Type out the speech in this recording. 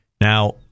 Now